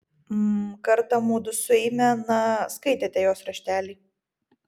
mm kartą mudu su eime na skaitėte jos raštelį